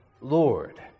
Lord